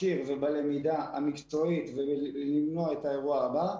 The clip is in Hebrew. כיוון שאנחנו עוסקים בתחקיר ובלמידה המקצועית כדי למנוע את האירוע הבא,